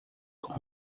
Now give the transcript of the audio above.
com